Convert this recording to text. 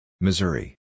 Missouri